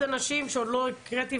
מארגון הנכים, חבר ההנהלה.